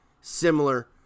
similar